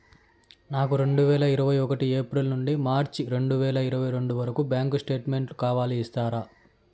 నాకు రెండు వేల ఇరవై ఒకటి ఏప్రిల్ నుండి మార్చ్ రెండు వేల ఇరవై రెండు వరకు బ్యాంకు స్టేట్మెంట్ కావాలి ఇస్తారా